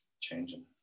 changing